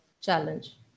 challenge